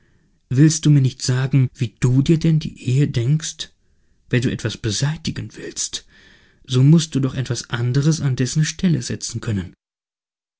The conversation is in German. willst du mir nicht sagen wie du dir denn die ehe denkst wenn du etwas beseitigen willst so mußt du doch etwas anderes an dessen stelle setzen können